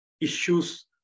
issues